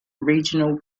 regional